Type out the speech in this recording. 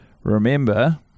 Remember